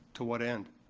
to what end?